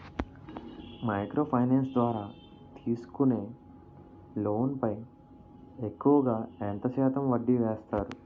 Micro finance ద్వారా తీసుకునే loan పై ఎక్కువుగా ఎంత శాతం వడ్డీ వేస్తారు?